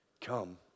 Come